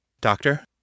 Doctor